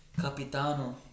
Capitano